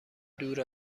دور